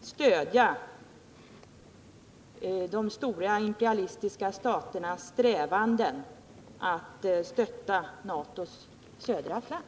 stödjer de stora imperialistiska staternas strävanden att stötta NATO:s södra flank.